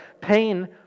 Pain